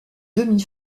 demi